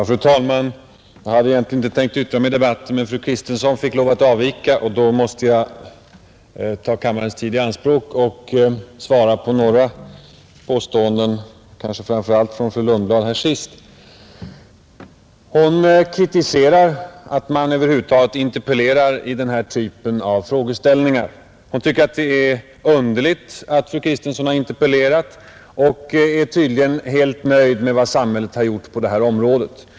Fru talman! Jag hade inte tänkt yttra mig i debatten, men eftersom fru Kristensson fick lov att avvika måste jag ta kammarens tid i anspråk för att svara på några påståenden, framför allt från fru Lundblad här senast. Hon kritiserar att man över huvud taget interpellerar i denna typ av frågeställning. Hon tycker det är underligt att fru Kristensson interpellerat och är tydligen helt nöjd med vad samhället gjort på detta område.